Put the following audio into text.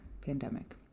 pandemic